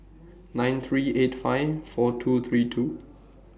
nine three eight five four two three two